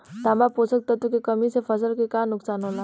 तांबा पोषक तत्व के कमी से फसल के का नुकसान होला?